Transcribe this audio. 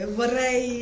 vorrei